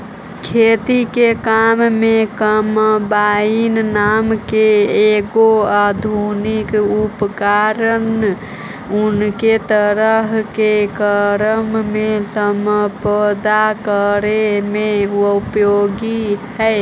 खेती के काम में कम्बाइन नाम के एगो आधुनिक उपकरण अनेक तरह के कारम के सम्पादन करे में उपयोगी हई